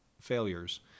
failures